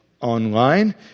online